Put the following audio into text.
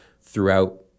throughout